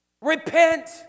Repent